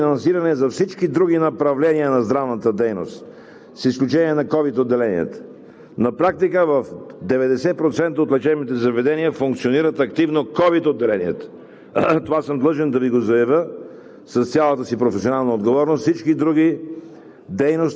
практически не използваме никакво финансиране за всички други направления на здравната дейност, с изключение на ковид отделенията, на практика в 90% от лечебните заведения функционират активно ковид отделенията – това съм длъжен да Ви го заявя